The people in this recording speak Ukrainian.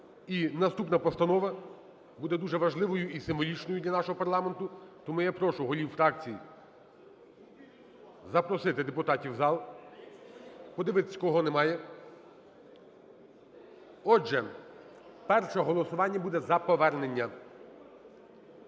наступна постанова буде дуже важливою і символічною для нашого парламенту. Тому я прошу голів фракцій запросити депутатів у зал, подивитись, кого немає. Отже, перше голосування буде за повернення.